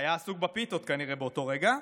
היה עסוק בפיתות כנראה באותו רגע,